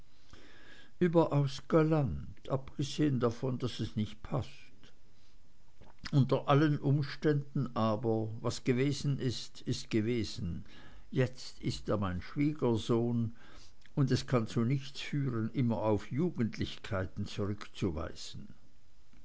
überaus galant abgesehen davon daß es nicht paßt unter allen umständen aber was gewesen ist ist gewesen jetzt ist er mein schwiegersohn und es kann zu nichts führen immer auf jugendlichkeiten zurückzuweisen